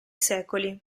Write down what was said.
secoli